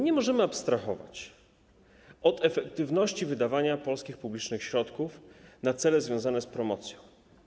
Nie możemy abstrahować od efektywności wydawania polskich publicznych środków na cele związane z promocją.